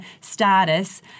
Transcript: status